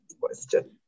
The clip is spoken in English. question